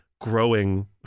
growing